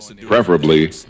preferably